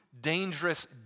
dangerous